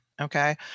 okay